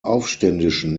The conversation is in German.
aufständischen